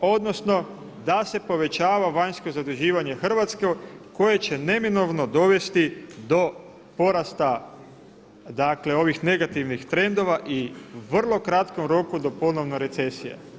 odnosno da se povećava vanjsko zaduživanje Hrvatske koje će neminovno dovesti do porasta ovih negativnih trendova i u vrlo kratkom roku do ponovne recesije.